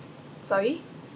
sorry